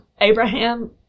Abraham